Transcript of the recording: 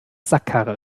sackkarre